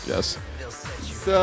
Yes